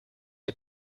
est